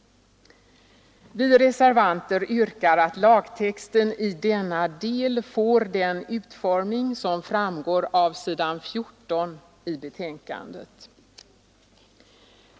Vi reservanter yrkar att lagtexten i denna del får den utformning som framgår av s. 14 i betänkandet.